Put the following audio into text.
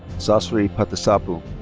saisri pattisapu